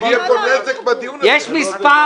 יש מספר